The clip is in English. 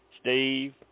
Steve